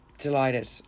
delighted